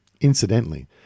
Incidentally